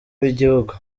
wigihugu